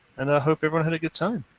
and i hope everyone had a good time.